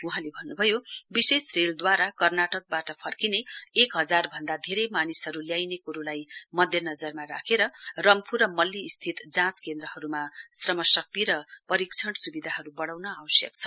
वहाँले भन्न्भयो विशेष रेलद्वारा कर्नाटकबाट फर्किने एकहजार भन्दा धेरै मानिसहरू ल्याइने कुरोलाई मध्यनजरमा राखेर रम्फू र मल्ली स्थित जाँच केन्द्रहरूमा श्रमशक्ति र परीक्षण स्विधाहरू बढ़ाउन आवश्यक छ